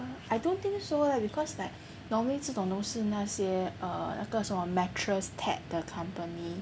I don't think so lah because like normally 这种都是那些 err 那个 mattress tag 的 company